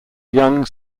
young